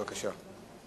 בבקשה.